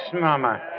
Mama